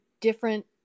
different